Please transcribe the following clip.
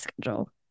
schedule